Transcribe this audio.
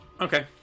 Okay